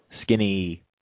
skinny